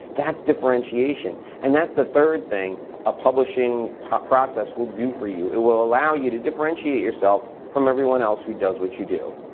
that's differentiation, and that's the third thing a publishing process will do for you. it will allow you to differentiate yourself from everyone else who does what you do.